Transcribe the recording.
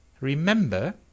remember